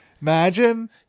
Imagine